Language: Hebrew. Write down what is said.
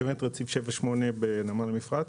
מתכוונת לרציף שבע-שמונה בנמל המפרץ?